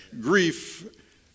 grief